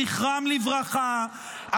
זכרם לברכה,